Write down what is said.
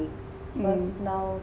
hmm